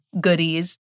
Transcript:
goodies